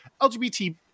LGBT